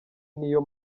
niyo